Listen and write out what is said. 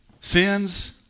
sins